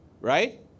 right